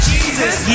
Jesus